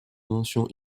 mentions